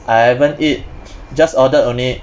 I haven't eat just ordered only